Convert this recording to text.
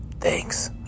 Thanks